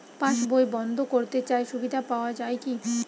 পাশ বই বন্দ করতে চাই সুবিধা পাওয়া যায় কি?